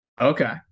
Okay